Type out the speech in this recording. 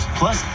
plus